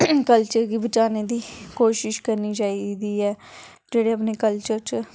culture गी बचाने दी कोशश करनी चाहिदी ऐ जेह्ड़े अपने कल्चर च